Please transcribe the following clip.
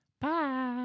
Bye